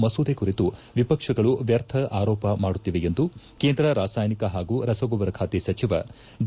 ಮಸೂದೆ ಕುರಿತು ವಿಪಕ್ಷಗಳು ವ್ಯರ್ಥ ಆರೋಪ ಮಾಡುತ್ತಿವೆ ಎಂದು ಕೇಂದ್ರ ರಾಸಾಯನಿಕ ಹಾಗೂ ರಸಗೊಬ್ಬರ ಖಾತೆ ಸಚಿವ ಡಿ